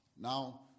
Now